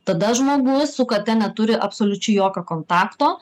tada žmogus su kate neturi absoliučiai jokio kontakto